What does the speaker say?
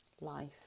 life